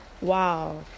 Wow